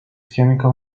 chemical